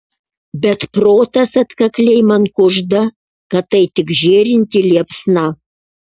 bet protas atkakliai man kužda kad tai tik žėrinti liepsna